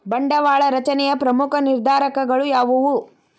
ಬಂಡವಾಳ ರಚನೆಯ ಪ್ರಮುಖ ನಿರ್ಧಾರಕಗಳು ಯಾವುವು